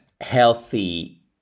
healthy